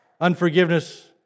Unforgiveness